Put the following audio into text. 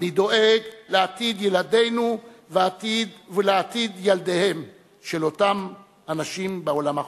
אני דואג לעתיד ילדינו ולעתיד ילדיהם של אותם אנשים בעולם החופשי.